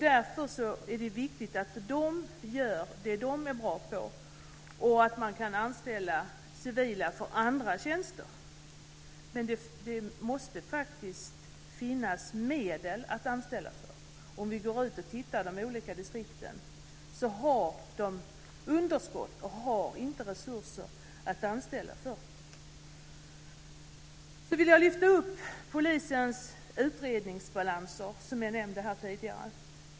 Därför är det viktigt att de gör det som de är bra på och att man kan anställa civila personer för andra tjänster. Men det måste faktiskt finnas medel för att anställa dessa personer. Om vi går ut och tittar i de olika distrikten har de underskott och har inte resurser att anställa för. Jag vill sedan lyfta fram polisens utredningsbalanser, som jag nämnde tidigare.